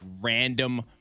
random